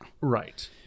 right